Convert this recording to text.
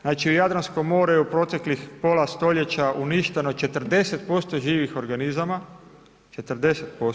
Znači u Jadranskom moru je u proteklih pola stoljeća uništeno 40% živih organizama, 40%